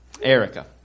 Erica